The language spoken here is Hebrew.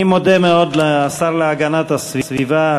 אני מודה מאוד לשר להגנת הסביבה,